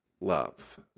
love